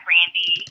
Randy